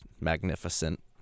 magnificent